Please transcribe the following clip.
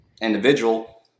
individual